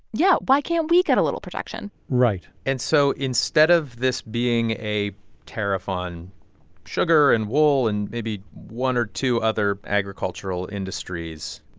yeah. why can't we get a little protection? right and so instead of this being a tariff on sugar and wool and maybe one or two other agricultural industries,